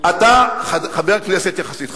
אתה חבר כנסת יחסית חדש,